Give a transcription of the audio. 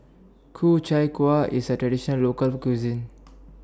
Ku Chai Kueh IS A Traditional Local Cuisine